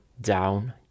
down